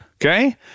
Okay